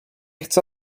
chcę